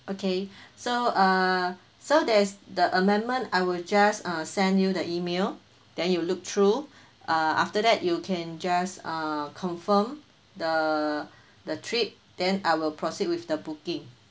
okay so uh so there's the amendment I will just uh send you the email then you look through uh after that you can just uh confirm the the trip then I will proceed with the booking